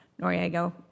Noriego